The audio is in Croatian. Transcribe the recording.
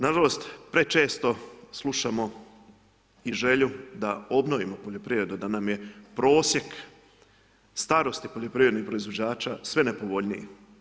Nažalost, prečesto slušamo i želju da obnovimo poljoprivredu, da nam je prosjek starosti poljoprivrednih proizvođača sve nepovoljniji.